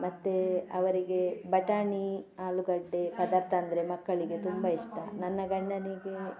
ಮತ್ತೆ ಅವರಿಗೆ ಬಟಾಣಿ ಆಲೂಗಡ್ಡೆ ಪದಾರ್ಥ ಅಂದರೆ ಮಕ್ಕಳಿಗೆ ತುಂಬ ಇಷ್ಟ ನನ್ನ ಗಂಡನಿಗೆ